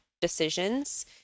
decisions